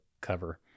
cover